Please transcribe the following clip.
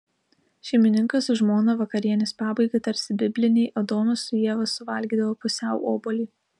šeimininkas su žmona vakarienės pabaigai tarsi bibliniai adomas su ieva suvalgydavo pusiau obuolį